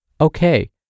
okay